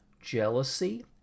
jealousy